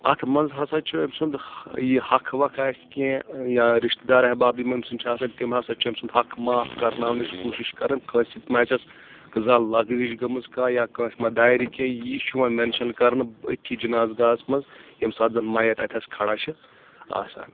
اتھ منٛز ہسا چھُ أمۍ سُنٛد یہِ حق وکھ آسہِ کینٛہہ یا رِشتہٕ دار حباب یِم أمۍ سٕنٛدۍ چھِ آسان تِم ہسا چھِ أمۍ سُنٛد حق معاف کرناونٕچ کوٗشِش کران کٲنٛسہِ سۭتۍ ما آسؠس زال لگزِش گٔمٕژ کانٛہہ یا کٲنٛسہِ ما دارِ کینٛہہ یہِ چھُ وۄنۍ مینشن کرنہٕ أتھی جِنازگاہَس منٛز ییٚمہِ ساتہٕ زَن مَیت اَتہِ حظ کھڑا چھِ آسان